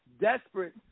desperate